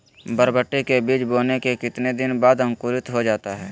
बरबटी के बीज बोने के कितने दिन बाद अंकुरित हो जाता है?